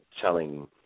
telling